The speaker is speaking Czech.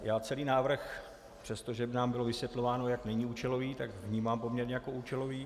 Já celý návrh, přestože nám bylo vysvětlováno, jak není účelový, vnímám poměrně jako účelový.